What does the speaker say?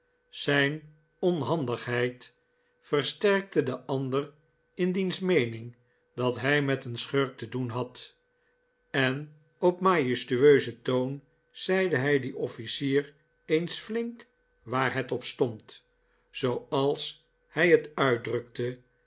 zijn onhandigheid versterkten den ander in diens meening dat hij met een schurk te doen had en op majestueuzen toon zeide hij dien ofhcier eens flink waar het op stond zooals hij het uitdrukte